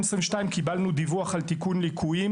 קיבלנו דיווח על תיקון ליקויים,